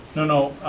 no,